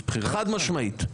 חד משמעית.